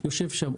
הוא יושב שם.